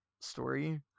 story